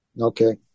Okay